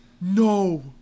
No